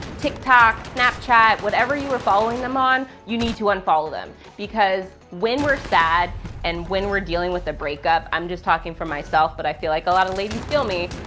tiktok, snapchat. whatever you were following them on, you need to unfollow them, because when we're sad and when we're dealing with a breakup, i'm just talking for myself, but i feel like a lot of ladies feel me,